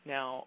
Now